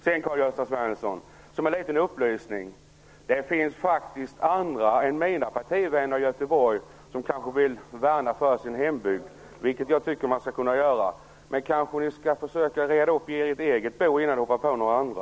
Sedan vill jag säga, som en liten upplysning till Karl-Gösta Svenson, att det faktiskt finns andra än mina partivänner i Göteborg som kanske vill värna sin hembygd. Det tycker jag att man skall kunna göra. Men ni skall kanske försöka reda upp i ert eget bo innan ni hoppar på andra.